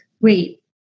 wait